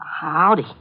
Howdy